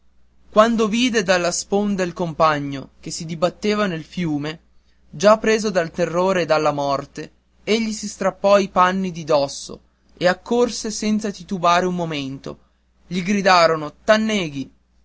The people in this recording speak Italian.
quando vide dalla sponda il compagno che si dibatteva nel fiume già preso dal terrore della morte egli si strappò i panni di dosso e accorse senza titubare un momento gli gridarono t'anneghi